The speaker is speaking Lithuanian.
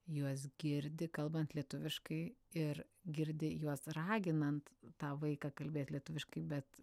juos girdi kalbant lietuviškai ir girdi juos raginant tą vaiką kalbėt lietuviškai bet